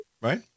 right